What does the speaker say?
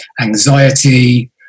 anxiety